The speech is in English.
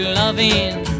loving